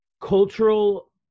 cultural